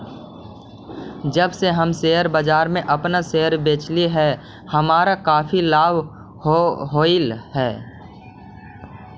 जब से हम शेयर बाजार में अपन शेयर बेचली हे हमारा काफी लाभ होलई हे